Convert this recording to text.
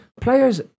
players